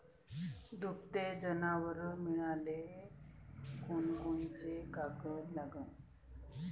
दुभते जनावरं मिळाले कोनकोनचे कागद लागन?